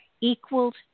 Equaled